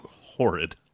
horrid